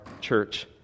church